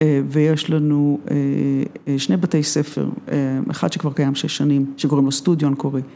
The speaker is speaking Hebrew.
ויש לנו שני בתי ספר, אחד שכבר קיים שש שנים, שקוראים לו סטודיו אנקורי